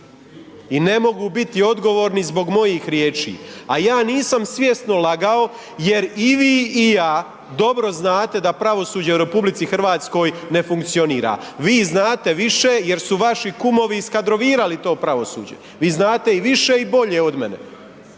i ne mogu biti odgovorni zbog mojih riječi, a ja nisam svjesno lagao jer i vi i ja dobro znate da pravosuđe u RH ne funkcionira, vi znate više jer su vaši kumovi iskadrovirali to pravosuđe, vi znate i više i bolje od mene